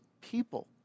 people